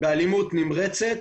באלימות נמרצת,